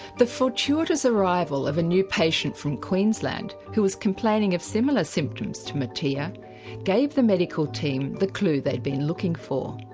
the fortuitous arrival of a new patient from queensland who was complaining of similar symptoms to mattea gave the medical team the clue they'd been looking for.